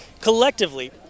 Collectively